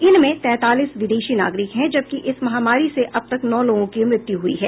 इनमें तैंतालीस विदेशी नागरिक हैं जबकि इस महामरी से अब तक नौ लोगों की मृत्यु हुई है